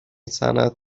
صنعت